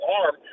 arm